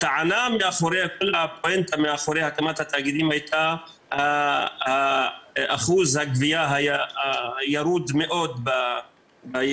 הטענה מאחורי הקמת התאגידים הייתה שאחוז הגבייה היה ירוד מאוד ביישובים,